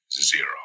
zero